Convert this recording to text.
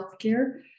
healthcare